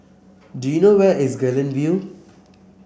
do you know where is Guilin View